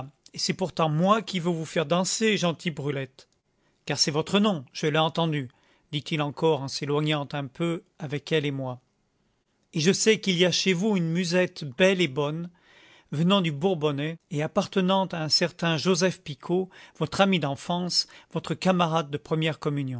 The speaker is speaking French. et c'est pourtant moi qui veux vous faire danser gentille brulette car c'est votre nom je l'ai entendu dit-il encore en s'éloignant un peu avec elle et moi et je sais qu'il y a chez vous une musette belle et bonne venant du bourbonnais et appartenant à un certain joseph picot votre ami d'enfance votre camarade de première